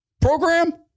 program